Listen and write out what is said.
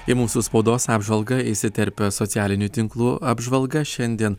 į mūsų spaudos apžvalgą įsiterpia socialinių tinklų apžvalga šiandien